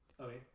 Okay